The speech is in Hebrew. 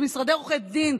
במשרדי עורכי דין,